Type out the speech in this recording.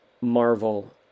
Marvel